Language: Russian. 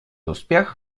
успех